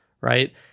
right